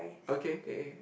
okay